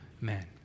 men